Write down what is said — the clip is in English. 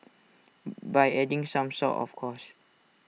by adding some salt of course